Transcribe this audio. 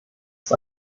ist